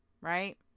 right